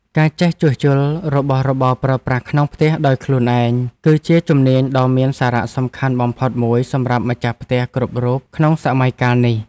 ការចេះជួសជុលរបស់របរប្រើប្រាស់ក្នុងផ្ទះដោយខ្លួនឯង គឺជាជំនាញដ៏មានសារៈសំខាន់បំផុតមួយសម្រាប់ម្ចាស់ផ្ទះគ្រប់រូបក្នុងសម័យកាលនេះ។